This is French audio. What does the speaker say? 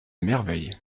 merveille